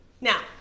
Now